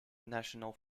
national